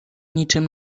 niczym